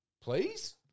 Please